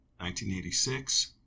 1986